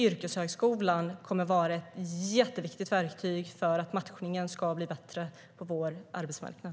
Yrkeshögskolan kommer därför att vara ett jätteviktigt verktyg för att matchningen ska bli bättre på vår arbetsmarknad.